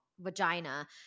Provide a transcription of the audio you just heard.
vagina